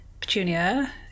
Petunia